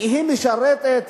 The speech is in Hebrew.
משרתת